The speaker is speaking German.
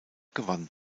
gewann